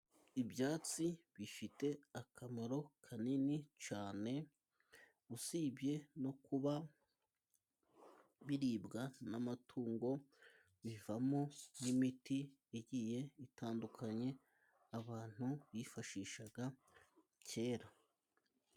Ibyatsi bifite akamaro kanini cyane, usibye no kuba biribwa n'amatungo, bivamo n'imiti igiye itandukanye, abantu bifashishaga kera.